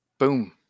boom